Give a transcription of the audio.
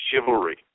chivalry